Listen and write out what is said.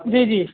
جی جی